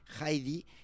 Heidi